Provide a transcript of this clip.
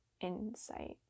insight